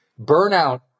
burnout